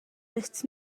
lists